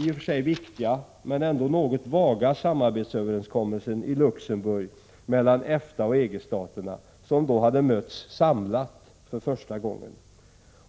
i och för sig viktiga men ändå något vaga samarbetsöverenskommelsen i Luxemburg mellan EFTA och EG-staterna, som hade mötts där samlat för första gången.